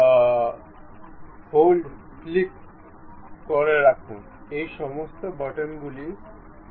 সাধারণত আমরা meter odometer এবং এই সমস্ত জিনিস বা নব গুলিতে এই জাতীয় জিনিসগুলি দেখতে পারি যা টেম্পারেচার এবং অন্যান্য প্যারামিটারগুলির সেটিং এ প্রয়োজন